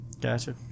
Gotcha